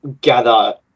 gather